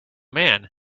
man